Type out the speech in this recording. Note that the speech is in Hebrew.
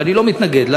ואני לא מתנגד לה,